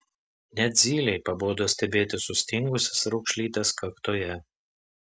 net zylei pabodo stebėti sustingusias raukšlytes kaktoje